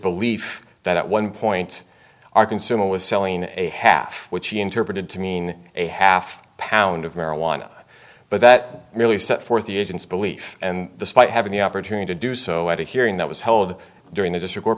belief that at one point our consumer was selling a half which he interpreted to mean a half pound of marijuana but that really set forth the agent's belief and the spite having the opportunity to do so at a hearing that was held during the district